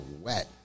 wet